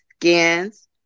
skins